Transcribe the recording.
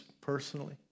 personally